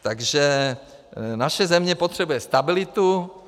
Takže naše země potřebuje stabilitu.